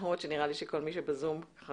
למרות שנראה לי שכל מי שבזום כבר